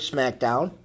SmackDown